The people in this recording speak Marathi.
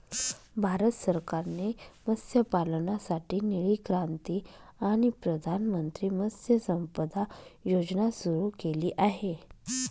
भारत सरकारने मत्स्यपालनासाठी निळी क्रांती आणि प्रधानमंत्री मत्स्य संपदा योजना सुरू केली आहे